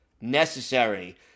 necessary